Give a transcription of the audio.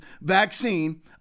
vaccine